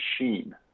machine